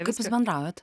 kaip jūs bendraujat